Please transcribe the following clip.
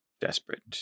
Desperate